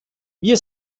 wir